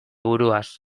buruaz